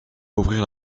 ouvrir